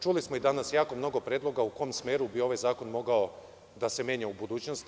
Čuli smo i danas jako mnogo predloga u kom smeru bi ovaj zakon mogao da se menja u budućnosti.